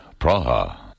Praha